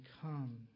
come